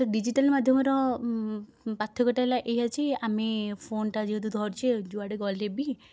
digital ମାଧ୍ୟମର ପାର୍ଥକ୍ୟଟା ହେଲା ଏଇଆ ଯେ ଫୋନ୍ଟା ଯେହେତୁ ଧରିଛେ ଯୁଆଡ଼େ ଗଲେବି